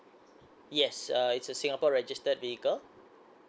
yes uh it's a singapore registered vehicle